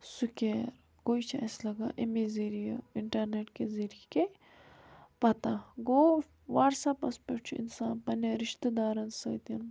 سُکیر گوٚو یہِ چھِ اسہِ لَگان اَمے ذٔریعہِ اِنٹَرنیٚٹ کہِ ذٔریعہِ کہِ پَتہ گوٚو وَاٹٕس اَپَس پٮ۪ٹھ چھُ اِنسان پَننیٚن رِشتہٕ دارَن سۭتۍ